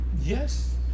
Yes